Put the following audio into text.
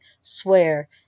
swear